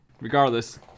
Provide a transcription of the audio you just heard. Regardless